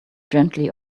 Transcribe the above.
gently